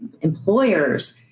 employers